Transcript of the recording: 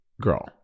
Girl